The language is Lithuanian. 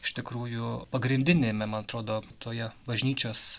iš tikrųjų pagrindiniame man atrodo toje bažnyčios